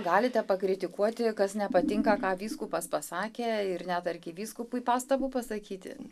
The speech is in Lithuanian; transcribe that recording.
galite pakritikuoti kas nepatinka ką vyskupas pasakė ir net arkivyskupui pastabą pasakyti